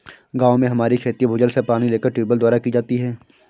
गांव में हमारी खेती भूजल से पानी लेकर ट्यूबवेल द्वारा की जाती है